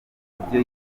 ibyo